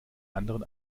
anderen